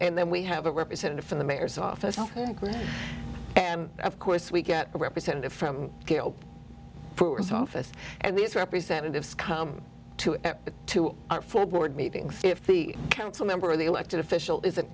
and then we have a representative from the mayor's office and of course we get a representative from brewer's office and these representatives come to two full board meetings if the council member the elected official isn't